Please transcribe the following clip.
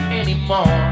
anymore